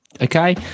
Okay